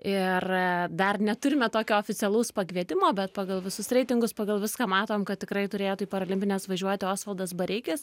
ir dar neturime tokio oficialaus pakvietimo bet pagal visus reitingus pagal viską matom kad tikrai turėtų į parolimpines važiuoti osvaldas bareikis